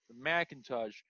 Macintosh